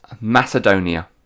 Macedonia